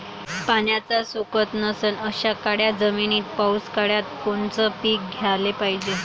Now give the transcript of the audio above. पाण्याचा सोकत नसन अशा काळ्या जमिनीत पावसाळ्यात कोनचं पीक घ्याले पायजे?